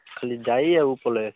ଖାଲି ଯାଇ ଆଉ ପଳାଇ ଆସିବ